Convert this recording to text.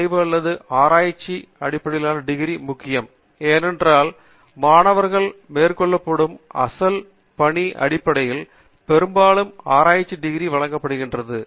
ஆய்வு அல்லது ஆராய்ச்சி அடிப்படையிலான டிகிரி முக்கியம் ஏனென்றால் மாணவரால் மேற்கொள்ளப்படும் அசல் பணி அடிப்படையில் பெரும்பாலும் ஆராய்ச்சி டிகிரி வழங்கப்படுகிறது